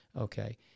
Okay